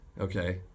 Okay